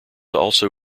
also